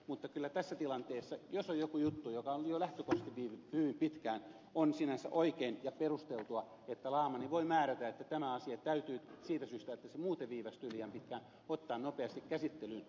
mutta kyllä tässä tilanteessa jos on joku juttu joka on jo lähtökohtaisesti viipynyt hyvin pitkään on sinänsä oikein ja perusteltua että laamanni voi määrätä että tämä asia täytyy siitä syystä että se muuten viivästyy liian pitkään ottaa nopeasti käsittelyyn